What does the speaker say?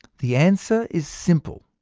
the answer is simple.